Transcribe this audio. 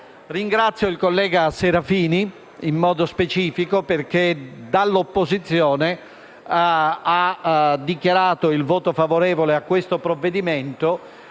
Ringrazio il collega Serafini, in modo specifico, perché, dall'opposizione, ha dichiarato il voto favorevole al provvedimento.